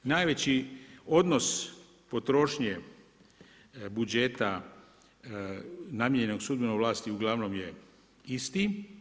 Najveći odnos potrošnje budžeta namijenjenog sudbenoj vlasti ugl. je isti.